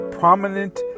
prominent